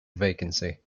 vacancy